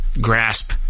grasp